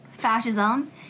fascism